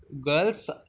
Girls